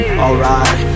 alright